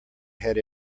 had